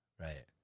right